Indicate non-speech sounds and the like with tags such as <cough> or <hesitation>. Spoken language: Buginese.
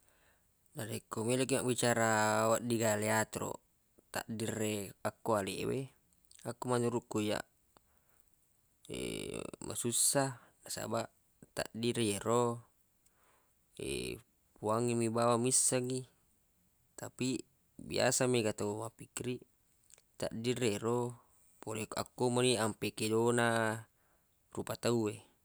Narekko meloq kiq mabbicara wedding ga le yatoroq takdirre ko alewe akko menurukku iyyaq <hesitation> masussa nasabaq takdirre yero <hesitation> fuangnge mi bawang missengngi tapi biasa mega tau mappikkiriq takdirre yero <noise> pole akko meni ampe kedo na rupa tauwe